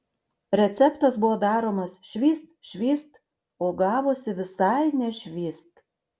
receptas buvo daromas švyst švyst o gavosi visai ne švyst